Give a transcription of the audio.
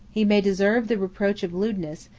he may deserve the reproach of lewdness,